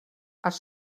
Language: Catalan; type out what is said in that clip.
els